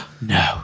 No